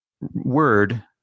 word